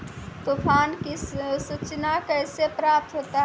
तुफान की सुचना कैसे प्राप्त होता हैं?